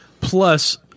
Plus